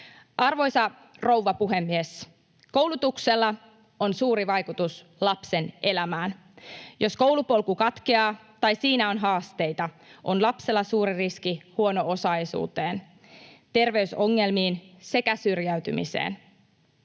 Arvoisa rouva puhemies! Koulutuksella on suuri vaikutus lapsen elämään. Jos koulupolku katkeaa tai siinä on haasteita, on lapsella suuri riski huono-osaisuuteen, terveysongelmiin sekä syrjäytymiseen.